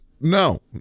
no